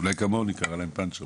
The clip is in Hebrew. אולי כמוני קרה להם פאנצ'ר,